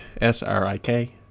S-R-I-K